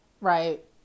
Right